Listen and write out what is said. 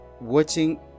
watching